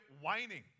whining